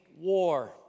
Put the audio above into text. war